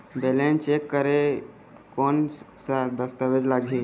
Balance check करें कोन सा दस्तावेज लगी?